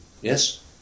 Yes